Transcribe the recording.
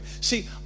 See